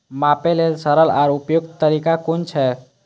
मापे लेल सरल आर उपयुक्त तरीका कुन छै?